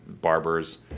Barbers